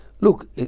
Look